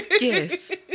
Yes